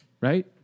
Right